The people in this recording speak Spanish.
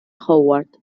howard